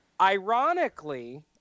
Ironically